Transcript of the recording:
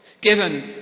given